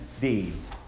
deeds